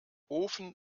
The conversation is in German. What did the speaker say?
ofen